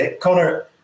Connor